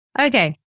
Okay